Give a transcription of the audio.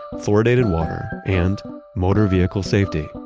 fluoridated water and motor vehicle safety.